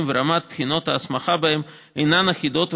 ורמת בחינות ההסמכה בהם אינן אחידות,